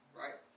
right